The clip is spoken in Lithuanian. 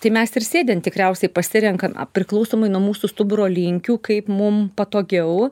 tai mes ir sėdint tikriausiai pasirenkam a priklausomai nuo mūsų stuburo linkių kaip mum patogiau